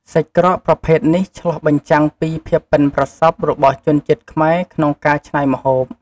សាច់ក្រកប្រភេទនេះឆ្លុះបញ្ចាំងពី ភាពប៉ិនប្រសប់ របស់ជនជាតិខ្មែរក្នុងការច្នៃម្ហូប។